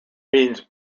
means